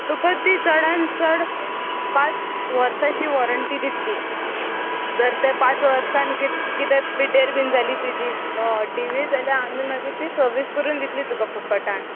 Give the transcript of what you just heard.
तुका ती चडान चड पांच वर्साची वॉरंटी दितली जर तें पांच वर्सान कितें कितें पिड्ड्यार बीन जाली तुजी टी वी जाल्यार आमी मागीर ती सर्वीस करून दितली तुका फुकटान